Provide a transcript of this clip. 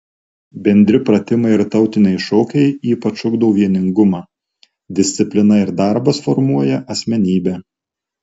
bendri pratimai ir tautiniai šokiai ypač ugdo vieningumą disciplina ir darbas formuoja asmenybę